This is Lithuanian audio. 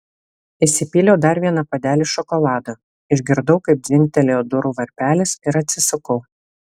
įsipyliau dar vieną puodelį šokolado išgirdau kaip dzingtelėjo durų varpelis ir atsisukau